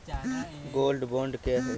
Gold bond क्या है?